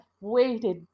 waited